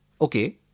Okay